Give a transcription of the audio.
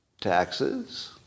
Taxes